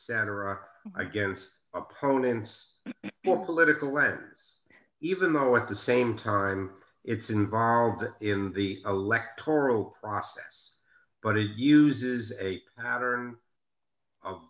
stand against opponents political lens even though at the same time it's involved in the electoral process but it uses a pattern